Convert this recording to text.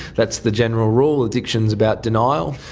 that's the general rule. addiction is about denial.